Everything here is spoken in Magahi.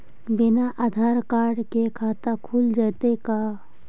बिना आधार कार्ड के खाता खुल जइतै का?